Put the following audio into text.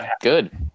Good